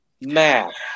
math